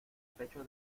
pecho